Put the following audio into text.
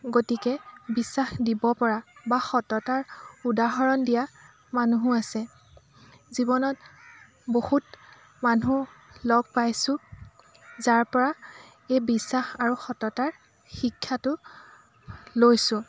গতিকে বিশ্বাস দিব পৰা বা সততাৰ উদাহৰণ দিয়া মানুহো আছে জীৱনত বহুত মানুহ লগ পাইছোঁ যাৰ পৰা এই বিশ্বাস আৰু সততাৰ শিক্ষাটো লৈছোঁ